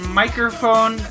microphone